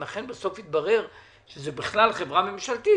אם אכן בסוף יתברר שזה בכלל חברה ממשלתית,